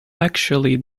actually